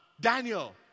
Daniel